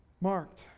marked